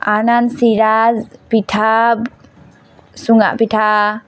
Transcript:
আৰনান চিৰা পিঠা চুঙা পিঠা